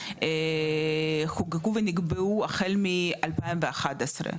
חוקקו ונקבעו החל מ- 2011,